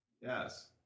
yes